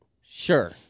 Sure